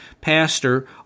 pastor